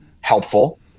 helpful